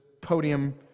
podium